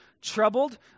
troubled